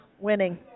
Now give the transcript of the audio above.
winning